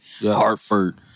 Hartford